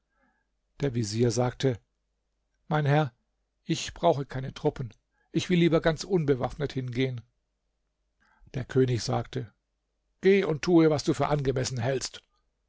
der vezier sagte mein herr ich brauche keine truppen ich will lieber ganz unbewaffnet hingehen der könig sagte geh und tue was du für angemessen hältst